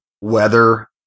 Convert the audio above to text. weather